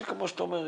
כמו שאתה אומר,